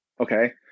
Okay